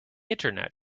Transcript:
internet